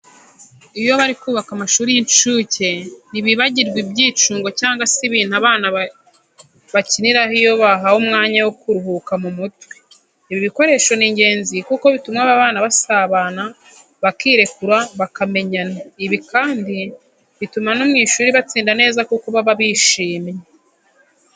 Iyo bari kubaka amashuri y'inshuke ntibibagirwa ibyicundo cyangwa se ibintu abana bakiniraho iyo bahawe umwanya wo kuruhura mu mutwe. Ibi bikoresho ni ingenzi kuko bituma aba bana basabana, bakirekura, bakamenyana. Ibi kandi bituma no mu ishuri batsinda neza kuko baba bishyimye.